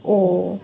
ও